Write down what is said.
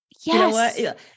Yes